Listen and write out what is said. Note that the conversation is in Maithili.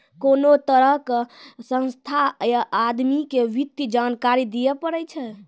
कोनो तरहो के संस्था या आदमी के वित्तीय जानकारी दियै पड़ै छै